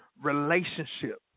relationship